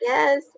Yes